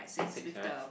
six right